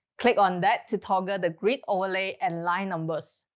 click on that to toggle the grid, overlay, and line numbers.